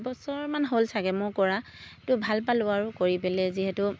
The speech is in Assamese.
এবছৰমান হ'ল চাগৈ মোৰ কৰা তো ভাল পালোঁ আৰু কৰি পেলাই যিহেতু